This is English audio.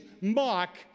mock